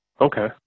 Okay